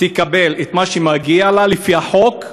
תקבל את מה שמגיע לה לפי החוק.